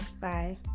Bye